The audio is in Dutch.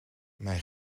mijn